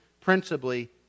Principally